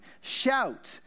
shout